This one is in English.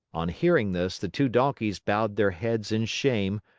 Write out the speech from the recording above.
on hearing this, the two donkeys bowed their heads in shame,